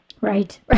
Right